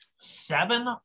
Seven